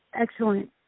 excellent